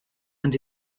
and